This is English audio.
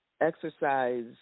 exercise